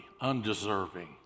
undeserving